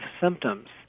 symptoms